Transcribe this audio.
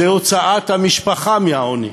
הוצאת המשפחה מהעוני.